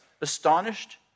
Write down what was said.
astonished